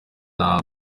nta